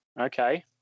okay